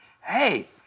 hey